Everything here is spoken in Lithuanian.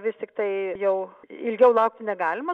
vis tiktai jau ilgiau laukti negalima